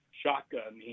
shotgun